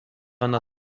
ona